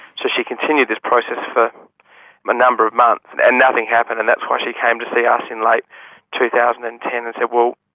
so she continued this process for a number of months and and nothing happened, and that's why she came to see us in late two thousand and ten and said, well,